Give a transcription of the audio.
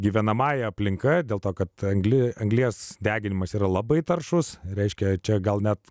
gyvenamąja aplinka dėl to kad anglį anglies deginimas yra labai taršūs reiškia čia gal net